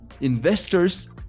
investors